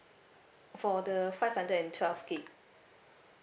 for the five hundred and twelve gig